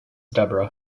deborah